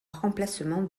remplacement